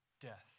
death